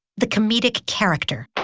the comedic character.